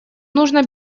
нужно